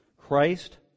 Christ